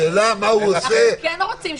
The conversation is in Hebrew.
השאלה מה הוא עושה לחילופין.